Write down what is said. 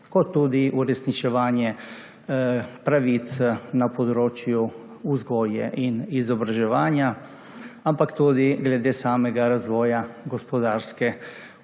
kot tudi uresničevanje pravic na področju vzgoje in izobraževanja, ampak tudi glede samega razvoja gospodarske